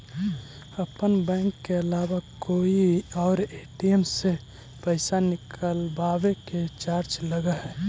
अपन बैंक के अलावा कोई और ए.टी.एम से पइसा निकलवावे के चार्ज लगऽ हइ